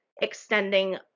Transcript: extending